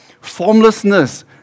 formlessness